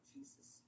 Jesus